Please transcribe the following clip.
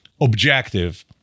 objective